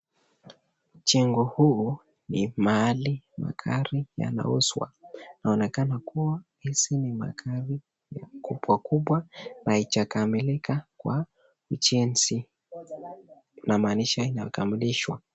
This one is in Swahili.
Chengo huu ni mahali magari yanauzwa inaonekana kuwa hizi ni magari kubwa kubwa na haijakamilika kwa ujenzi inamanisha inakamilizwa.